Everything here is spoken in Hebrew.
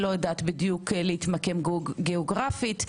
לא יודעת להתמקם גיאוגרפית.